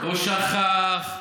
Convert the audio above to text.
הוא שכח,